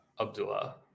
Abdullah